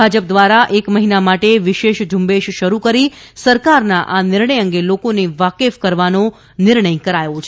ભાજપ દ્વારા એક મહિના માટે વિશેષ ઝ઼ંબેશ શરૂ કરી સરકારના આ નિર્ણય અંગે લોકોને વાકેફ કરવાનો નિર્ણય કરાયો છે